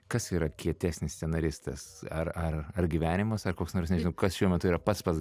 kas yra kietesnis scenaristas ar ar ar gyvenimas ar koks nors nežinau kas šiuo metu yra pats pats